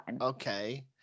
Okay